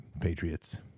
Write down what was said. Patriots